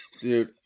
Dude